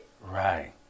Right